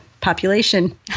population